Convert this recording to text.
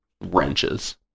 wrenches